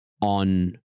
on